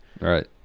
Right